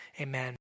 Amen